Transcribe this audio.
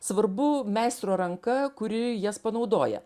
svarbu meistro ranka kuri jas panaudoja